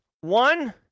One